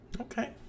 Okay